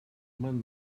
маань